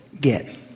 get